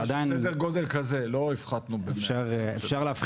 סדר גודל כזה לא הפחתנו באמת שלא,